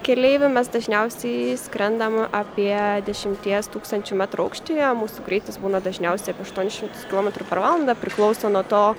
keleivių mes dažniausiai skrendam apie dešimties tūkstančių metrų aukštyje mūsų greitis būna dažniausiai apie aštuonis šimtus kilometrų per valandą priklauso nuo to